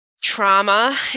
trauma